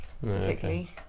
particularly